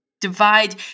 divide